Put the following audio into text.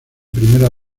primera